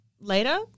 later